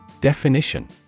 Definition